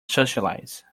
socialize